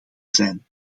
zijn